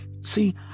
See